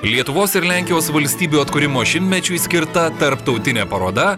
lietuvos ir lenkijos valstybių atkūrimo šimtmečiui skirta tarptautinė paroda